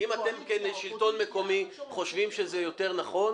אם אתם כשלטון מקומי חושבים שזה יותר נכון